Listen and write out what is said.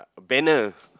uh banner